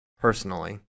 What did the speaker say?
personally